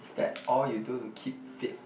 is that all you do to keep fit